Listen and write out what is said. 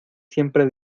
siempre